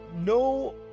no